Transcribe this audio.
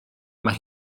mae